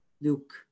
Luke